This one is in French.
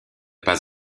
pas